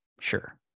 sure